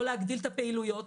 לא להגדיל את הפעילויות,